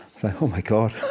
thought, oh my god.